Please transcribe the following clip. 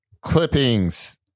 Clippings